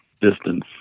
distance